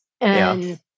And-